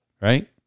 right